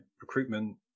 recruitment